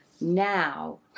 now